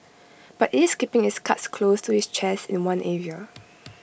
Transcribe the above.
but IT is keeping its cards close to its chest in one area